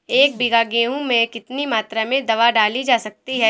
एक बीघा गेहूँ में कितनी मात्रा में दवा डाली जा सकती है?